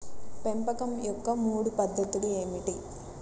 పెంపకం యొక్క మూడు పద్ధతులు ఏమిటీ?